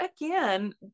again